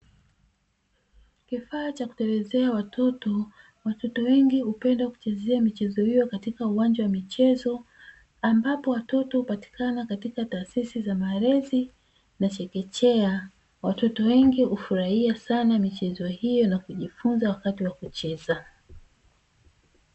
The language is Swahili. Kifaa cha kutelezea watoto, watoto wengi hupenda kuchezea michezo hiyo katika uwanja wa michezo ambapo watoto hupatikana katika taasisi za malezi za chekechea. Watoto wengi hufurahia michezo na kujifunza wakati wa kucheza.